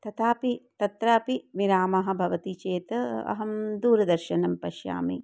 तथापि तत्रापि विरामः भवति चेत् अहं दूरदर्शनं पश्यामि